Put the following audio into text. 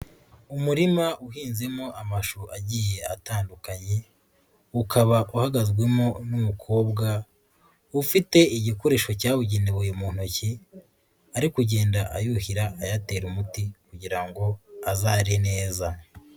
Umurima uhinzemo amashu agiye atandukanye, ukaba uhagazwemo n'umukobwa, ufite igikoresho cyabugenewe mu ntoki ari kugenda ayuhira ayatera umuti kugira ngo azare neza.